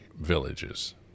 villages